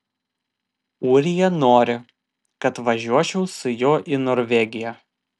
ūrija nori kad važiuočiau su juo į norvegiją